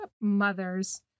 mother's